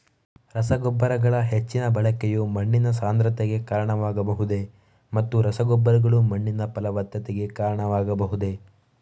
ರಸಗೊಬ್ಬರಗಳ ಹೆಚ್ಚಿನ ಬಳಕೆಯು ಮಣ್ಣಿನ ಸಾಂದ್ರತೆಗೆ ಕಾರಣವಾಗಬಹುದೇ ಮತ್ತು ರಸಗೊಬ್ಬರಗಳು ಮಣ್ಣಿನ ಫಲವತ್ತತೆಗೆ ಕಾರಣವಾಗಬಹುದೇ?